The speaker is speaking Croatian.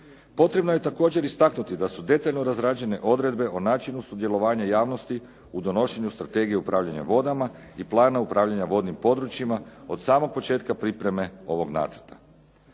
Potrebno je također istaknuti da su detaljno razrađene odredbe o načinu sudjelovanja javnosti u donošenju Strategije upravljanja vodama i plana upravljanja vodnim područjima od samog početka pripreme ovog nacrta.